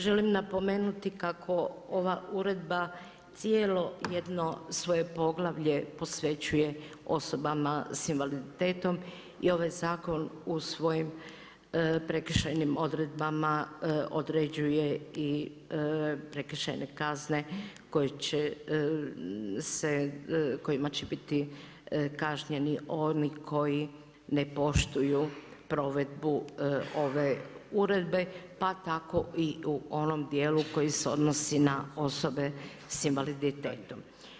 Želim napomenuti kako ova uredba cijelo jedno svoje poglavlje posvećuje osobama sa invaliditetom i ovaj zakon u svojim prekršajnim odredbama određuje i prekršajne kazne koje će se, kojima će biti kažnjeni oni koji ne poštuju provedbu ove uredbe, pa tako i u onom dijelu koji se odnosi na osobe sa invaliditetom.